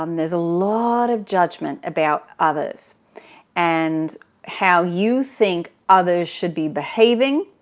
um there's a lot of judgement about others and how you think others should be behaving,